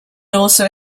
also